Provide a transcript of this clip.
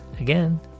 Again